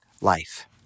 life